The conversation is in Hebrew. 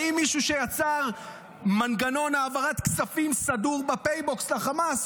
האם מישהו שיצר מנגנון העברת כספים סדור ב-PayBox לחמאס,